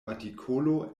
artikolo